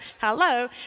Hello